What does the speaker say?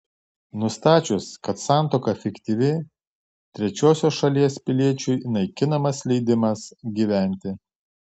nustačius kad santuoka fiktyvi trečiosios šalies piliečiui naikinamas leidimas gyventi